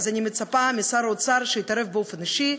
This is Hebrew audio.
אני מצפה משר האוצר שיתערב באופן אישי,